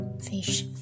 Fish